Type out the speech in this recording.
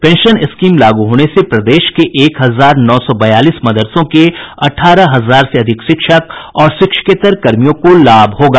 pension scheme लागू होने से प्रदेश के एक हजार नौ सौ बयालीस मदरसों के अठारह हजार से अधिक शिक्षक और शिक्षकेत्तर कर्मियों को फायदा होगा